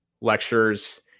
lectures